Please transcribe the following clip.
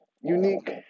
unique